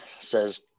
says